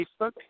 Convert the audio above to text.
Facebook